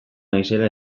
naizela